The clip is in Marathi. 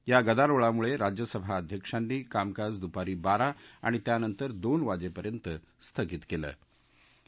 या गदारोळामुळजिज्यसभा अध्यक्षांनी कामकाज दुपारी बारा आणि त्यानंतर दोन वाजप्रांखींत स्थगित कलि